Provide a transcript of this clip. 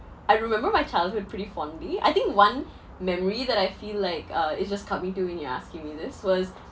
I remember my childhood pretty fondly I think one memory that I feel like uh it just cut me through when you're asking me this was